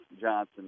Johnson